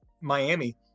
Miami